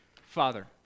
Father